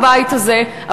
בבית הזה,